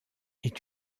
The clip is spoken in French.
est